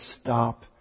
stop